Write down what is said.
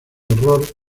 error